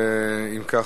אם כך,